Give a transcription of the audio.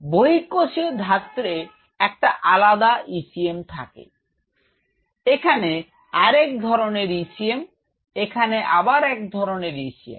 বহিঃকোষীয় ধাত্রে একটা আলাদা ECM থাকে এখানে আর এক ধরনের ECM এখানে আবার আর এক ধরনের ECM